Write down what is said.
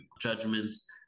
judgments